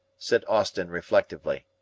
said austin reflectively.